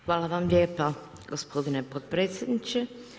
Hvala vam lijepa gospodine podpredsjedniče.